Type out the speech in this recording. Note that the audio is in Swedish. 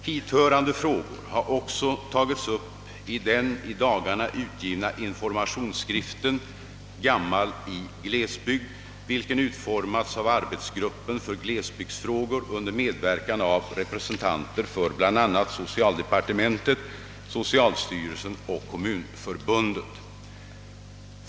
Hithörande frågor har också tagits upp i den i dagarna utgivna informationsskriften »Gammal i glesbygd», vilken utformats av arbetsgruppen för glesbygdsfrågor under medverkan av representanter för bl.a. socialdepartementet, socialstyrelsen och kommunförbundet.